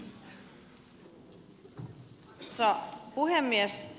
arvoisa puhemies